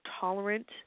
tolerant